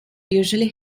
usually